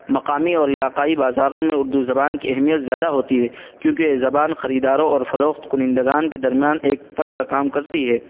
مقامی اور علاقائی بازاروں میں اردو زبان کی اہمیت زیادہ ہوتی ہے کیوںکہ یہ زبان خریداروں اور فروخت کنندگان کے درمیان ایک پل کا کام کرتی ہے